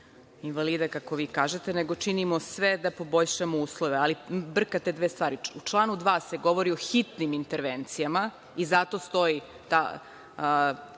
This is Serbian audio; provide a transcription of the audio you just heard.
invalida, kako vi kažete, nego činimo sve da poboljšamo uslove, ali brkate dve stvari.U članu 2. se govori o hitnim intervencijama i zato stoji ta